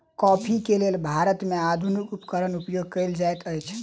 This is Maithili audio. कॉफ़ी के लेल भारत में आधुनिक उपकरण उपयोग कएल जाइत अछि